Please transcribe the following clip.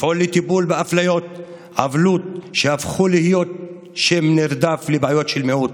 לפעול לטיפול באפליות ובעוולות שהפכו להיות שם נרדף לבעיות של מיעוט.